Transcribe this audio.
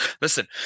listen